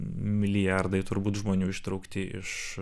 milijardai turbūt žmonių ištraukti iš